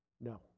no